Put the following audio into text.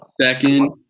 Second